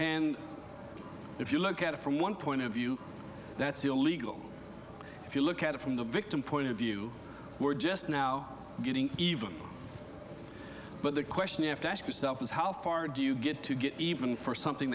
and if you look at it from one point of view that's illegal if you look at it from the victim point of view we're just now getting even but the question you have to ask yourself is how far do you get to get even for something